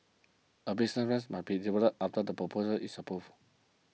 a businesses must be developed after the proposal is approved